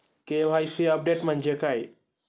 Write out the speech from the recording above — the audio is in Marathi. के.वाय.सी अपडेट म्हणजे काय?